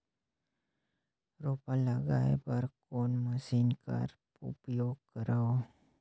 रोपा लगाय बर कोन मशीन कर उपयोग करव?